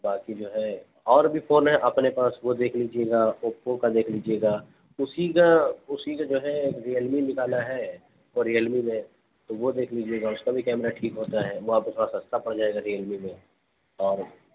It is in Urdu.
باقی جو ہے اور بھی فون ہے اپنے پاس وہ دیکھ لیجیے گا اوپو کا دیکھ لیجیے گا اسی کا اسی کا جو ہے ریئل می نکالا ہے وہ ریئل می میں تو وہ دیکھ لیجیے گا اس کا بھی کیمرہ ٹھیک ہوتا ہے وہ آپ کو تھوڑا سستا پڑ جائے گا ریئل می میں اور